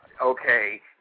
okay